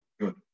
Good